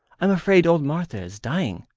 i'm afraid old martha is dying,